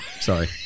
Sorry